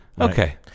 Okay